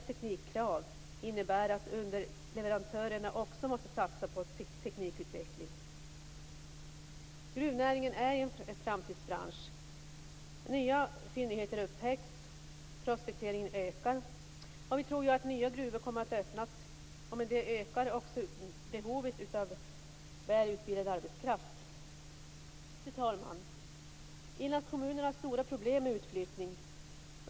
Teknikkraven innebär att underleverantörerna också måste satsa på teknikutveckling. Gruvnäringen är en framtidsbransch. Nya fyndigheter upptäcks, prospekteringen ökar. Vi tror att nya gruvor kommer att öppnas. Med det ökar behovet av väl utbildad arbetskraft. Fru talman! Inlandskommunernas stora problem är utflyttningen.